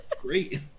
Great